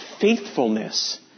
faithfulness